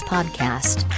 Podcast